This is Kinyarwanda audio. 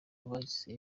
bahise